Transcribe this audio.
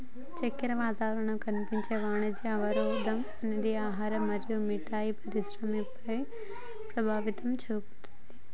చక్కెర రవాణాలో కనిపించే వాణిజ్య అవరోధం అనేది ఆహారం మరియు మిఠాయి పరిశ్రమపై ప్రభావం చూపుతాది